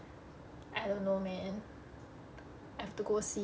I don't know man I have to go see